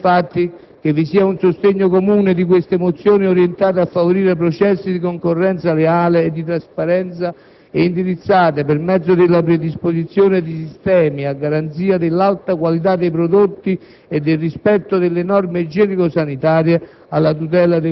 È bene, infatti, che vi sia un sostegno comune di queste mozioni orientate a favorire processi di concorrenza leale e di trasparenza e indirizzate, per mezzo della predisposizione di sistemi a garanzia dell'alta qualità dei prodotti e del rispetto delle norme igienico sanitarie,